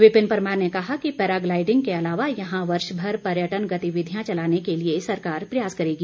विपिन परमार ने कहा कि पैराग्लाईडिंग के अलावा यहां वर्ष भर पर्यटन गतिविधियां चलाने के लिए सरकार प्रयास करेगी